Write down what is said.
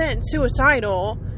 suicidal